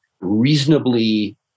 reasonably